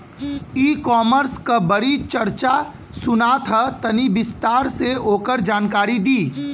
ई कॉमर्स क बड़ी चर्चा सुनात ह तनि विस्तार से ओकर जानकारी दी?